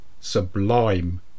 sublime